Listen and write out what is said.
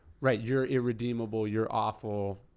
right, you're irredeemable, you're awful.